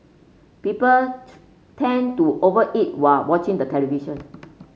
people tend to over eat while watching the television